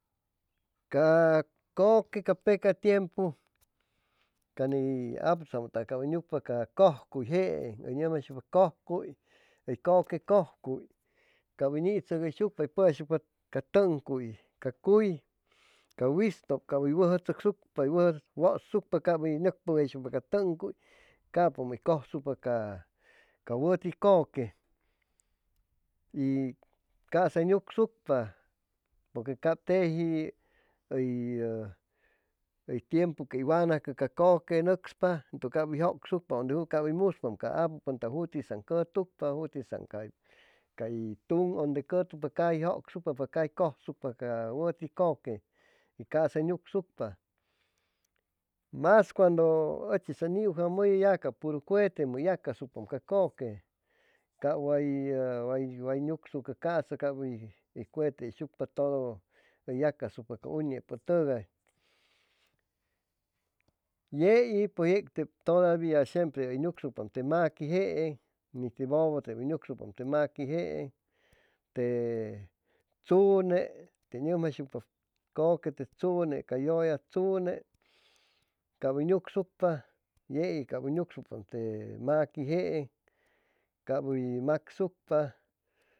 Ca kʉque ca peca tiempua ca ni aputzamʉtʉgay cap hʉy nucpa ca cʉjcuy jeeŋ hʉy nʉmjaysucpa cʉjcuy hʉy kʉque cʉjcuy cap hʉy nitzogoysucpa hʉy pʉjaysucpa ca tʉŋcuy, ca cuy, ca wistok cap hʉy wʉjʉ tzocsucpa, hʉy wʉjo wʉsuccpa hʉy nʉcpʉgʉyshucpa ca tʉŋcuy ca wʉti kʉque y caasa hʉy nucsucpa porque cap teji hʉy yʉ, hʉy tiempu que wanacʉ ca kʉque nʉcspa entʉ cap hʉy jʉcsucpa ʉnde ju cap hʉy muspa ca apupʉntʉg jutisan cʉtucpa jutisaŋ cay cay tung ʉnde cʉtucpa caji hʉy jʉcsupa pa caji hʉy cʉjsucpaca wʉti kʉquey caasa hʉy nucsucpa mas cuando ʉchiis ʉn niucjamʉjʉyʉ ya cap puru cuetemoo hʉy yacasucpan ca kʉque cap way ʉʉʉ way nucsucʉ caasa cap hʉy cuete hʉyshucpa todo hʉy yacasucpa ca uñepʉ tʉgay yei pues yei tep todavia shempre hʉy nucsucpam te maque jeeŋ ni te bobo tep hʉy nucsucpamte maqui jeen te chune tey nʉmjayshucpa koque te chune ca llʉlla chune cap hʉy nucsucpa yei cap hʉy nucsucpa te maqui jeeŋ cap hʉy macsucpa